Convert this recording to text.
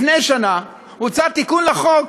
לפני שנה הוצע תיקון לחוק,